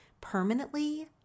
permanently